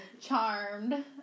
Charmed